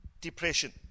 depression